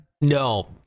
no